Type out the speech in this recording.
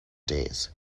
days